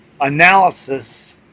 analysis